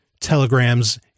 Telegram's